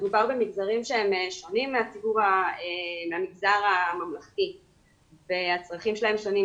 מדובר במגזרים שהם שונים מהמגזר הממלכתי והצרכים שלהם שונים,